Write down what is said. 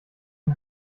den